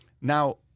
Now